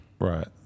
Right